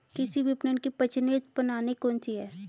कृषि विपणन की प्रचलित प्रणाली कौन सी है?